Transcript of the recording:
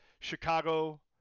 Chicago